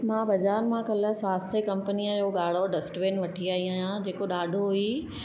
मां बाज़ारि मां कल्ह स्वास्थय कंपनीअ जो ॻाढ़ो डस्टबिन वठी आई आहियां जेको ॾाढो ई